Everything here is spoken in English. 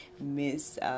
Miss